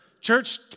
Church